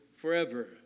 forever